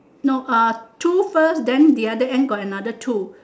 no uh two first then the other end got another two